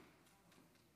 כבוד היושב-ראש,